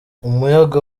umuyaga